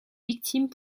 victimes